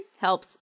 helps